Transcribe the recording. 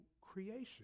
creation